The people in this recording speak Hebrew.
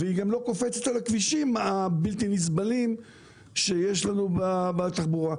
והיא גם לא קופצת על הכבישים הבלתי נסבלים שיש לנו בתחבורה.